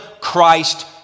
Christ